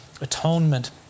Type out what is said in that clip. atonement